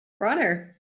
runner